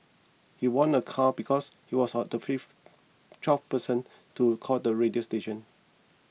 he won a car because he was the fifth twelfth person to call the radio station